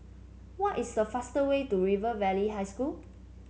what is the fastest way to River Valley High School